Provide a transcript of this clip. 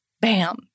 bam